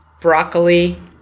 broccoli